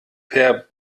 per